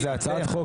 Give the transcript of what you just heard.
זו הצעת חוק,